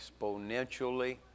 exponentially